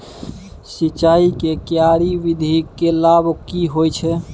सिंचाई के क्यारी विधी के लाभ की होय छै?